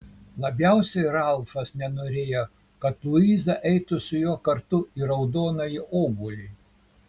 labiausiai ralfas nenorėjo kad luiza eitų su juo kartu į raudonąjį obuolį